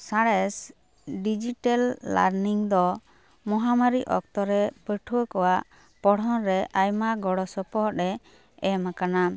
ᱥᱟᱸᱬᱮᱥ digital learning ᱫᱚ ᱢᱚᱦᱟᱢᱟᱹᱨᱤ ᱚᱠᱛᱚ ᱨᱮ ᱯᱟᱹᱴᱷᱩᱭᱟᱹ ᱠᱚᱣᱟᱜ ᱯᱚᱲᱦᱚᱱ ᱨᱮ ᱟᱭᱢᱟ ᱜᱚᱲᱚ ᱥᱚᱯᱚᱦᱚᱫ ᱮ ᱮᱢ ᱟᱠᱟᱱᱟ